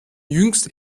jüngst